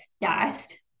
dust